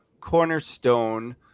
Cornerstone